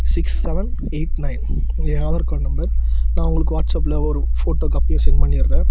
six seven eight nine என் Aadhaar card number நான் உங்களுக்கு வாட்ஸ்அப்பில் ஒரு ஃபோட்டோ காப்பியும் செண்ட் பண்ணிடுறேன்